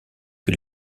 que